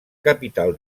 capital